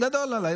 גדול עליי.